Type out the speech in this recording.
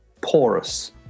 porous